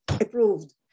approved